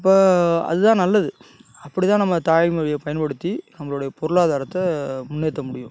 அப்போ அது தான் நல்லது அப்படி தான் நம்ம தாய்மொழியை பயன்படுத்தி நம்மளோடைய பொருளாதாரத்தை முன்னேற்ற முடியும்